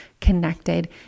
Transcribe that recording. connected